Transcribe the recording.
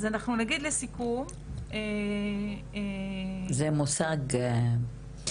אז אנחנו נגיד לסיכום --- זה שימוש